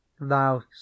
Thou